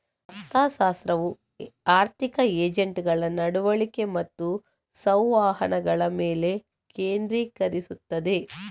ಅರ್ಥಶಾಸ್ತ್ರವು ಆರ್ಥಿಕ ಏಜೆಂಟುಗಳ ನಡವಳಿಕೆ ಮತ್ತು ಸಂವಹನಗಳ ಮೇಲೆ ಕೇಂದ್ರೀಕರಿಸುತ್ತದೆ